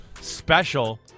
special